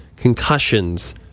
concussions